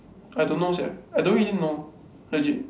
I don't know sia I don't really know legit